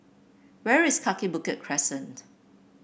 where is Kaki Bukit Crescent